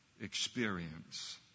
experience